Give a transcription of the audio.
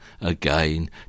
again